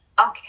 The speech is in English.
Okay